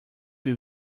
will